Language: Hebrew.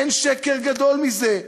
אין שקר גדול מזה,